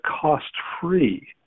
cost-free